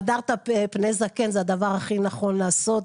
והדרת פני זקן זה הדבר הכי נכון לעשות,